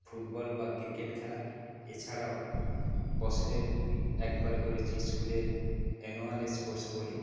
football বা cricket খেলা এছাড়াও বছরে একবার করে যে স্কুলে অ্যানুয়াল স্পোর্টস বলি